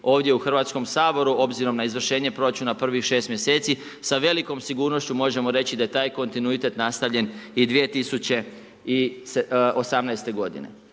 ovdje u Hrvatskom saboru obzirom na izvršenje proračuna prvih 6 mjeseci. Sa velikom sigurnošću možemo reći da je taj kontinuitet nastavljen i 2018. godine.